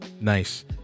Nice